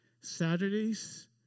Saturdays